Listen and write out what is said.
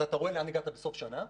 אתה רואה לאן הגעת בסוף השנה,